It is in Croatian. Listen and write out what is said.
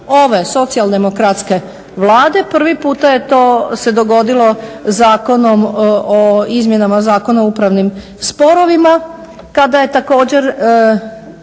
ove socijaldemokratske Vlade, prvi puta se to dogodilo Zakonom o izmjenama i Zakona o upravnim sporovima kada je također